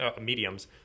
mediums